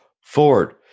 Ford